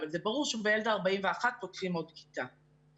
אבל זה ברור שבילד ה-41 פותחים עוד כיתה.